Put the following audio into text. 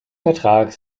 vertrag